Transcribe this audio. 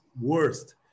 worst